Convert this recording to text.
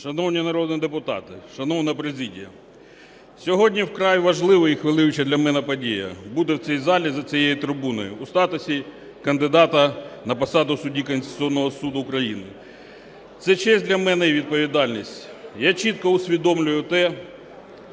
Шановні народні депутати, шановна президія, сьогодні вкрай важлива і хвилююча для мене подія – бути в цій залі за цією трибуною у статусі кандидата на посаду судді Конституційного Суду України. Це честь для мене і відповідальність. Я чітко усвідомлюю те,